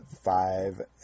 five